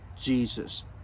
Jesus